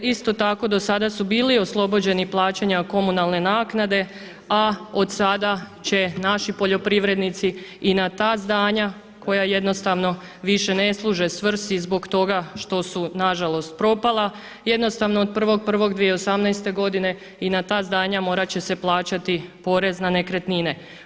Isto tako do sada su bili oslobođeni plaćanja komunalne naknade, a od sada će naši poljoprivrednici i na ta zdanja koja jednostavno više ne služe svrsi zbog toga što su nažalost propala, jednostavno od 1.1.2018. godine i na ta zdanja morat će se plaćati porez na nekretnine.